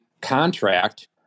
contract